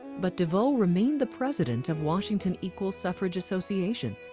but devoe remained the president of washington equal suffrage association.